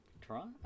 toronto